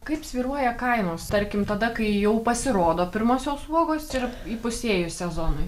kaip svyruoja kainos tarkim tada kai jau pasirodo pirmosios uogos ir įpusėjus sezonui